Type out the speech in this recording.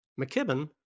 McKibben